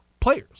Players